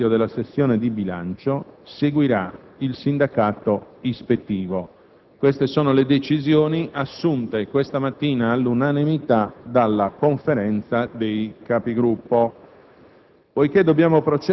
con conseguente inizio della sessione di bilancio. Seguirà il sindacato ispettivo. Queste sono le decisioni assunte questa mattina all'unanimità dalla Conferenza dei Capigruppo.